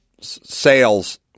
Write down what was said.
sales